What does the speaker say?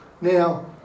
Now